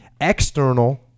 External